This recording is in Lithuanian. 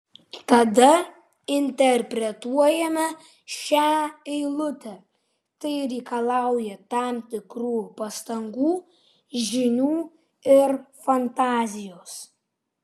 tada interpretuojame šią eilutę tai reikalauja tam tikrų pastangų žinių ir fantazijos